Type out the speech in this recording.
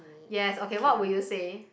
yes okay what would you say